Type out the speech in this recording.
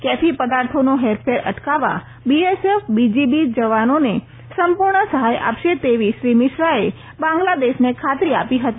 કેફી પદાર્થોનો હેરફેર અટકાવવા બીએસએફ બીજીબી જવાનોને સંપૂર્ણ સહાય આપશે તેવી શ્રી મિશ્રાએ બાંગ્લાદેશને ખાતરી આપી હતી